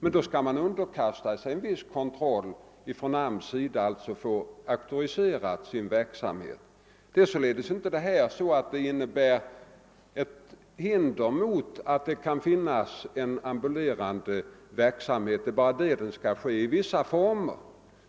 Men då skall man underkasta sig viss kontroll från AMS, alltså få sin verksamhet auktoriserad. Ambulerande verksamhet kan således förekomma, men det är bara det att den skall ske i vissa former